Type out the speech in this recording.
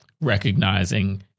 recognizing